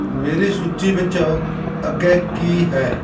ਮੇਰੀ ਸੂਚੀ ਵਿੱਚ ਅੱਗੇ ਕੀ ਹੈ